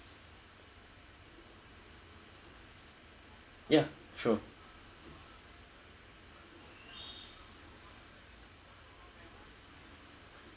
ya sure